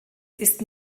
ist